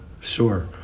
sure